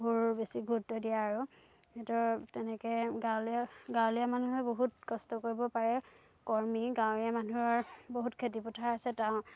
বেছি গুৰুত্ব দিয়ে আৰু সিহঁতৰ তেনেকৈ গাঁৱলীয়া গাঁৱলীয়া মানুহে বহুত কষ্ট কৰিব পাৰে কৰ্মী গাঁৱলীয়া মানুহৰ বহুত খেতিপথাৰ আছে তাৰ